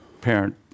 parent